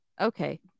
Okay